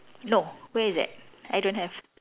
no where is that I don't have